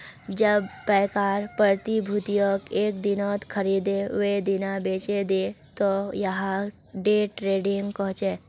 जब पैकार प्रतिभूतियक एक दिनत खरीदे वेय दिना बेचे दे त यहाक डे ट्रेडिंग कह छे